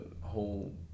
whole